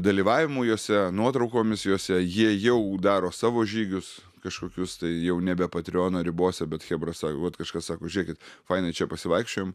dalyvavimu jose nuotraukomis jose jie jau daro savo žygius kažkokius tai jau nebe patreono ribose bet chebra sako vat kažkas sako žiūrėkit fainai čia pasivaikščiojom